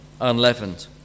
unleavened